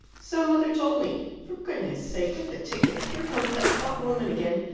so mother told me. for goodness sake get the tickets here comes that hot woman again!